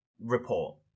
report